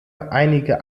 einige